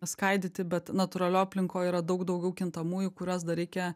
skaidyti bet natūralioj aplinkoj yra daug daugiau kintamųjų kuriuos dar reikia